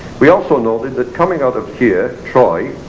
we also noted coming out of here, troy,